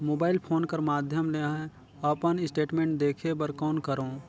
Mobile phone कर माध्यम ले अपन स्टेटमेंट देखे बर कौन करों?